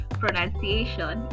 pronunciation